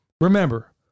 remember